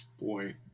Boy